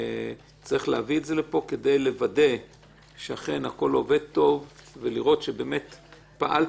צריך להביא את זה לפה כדי לוודא שאכן הכול עובד טוב ולראות שבאמת פעלתם,